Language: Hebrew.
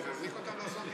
יש לי הסתייגויות